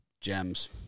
gems